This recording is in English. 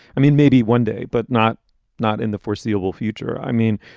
i mean, maybe one day, but not not in the foreseeable future. i mean,